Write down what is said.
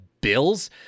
Bills